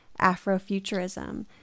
Afrofuturism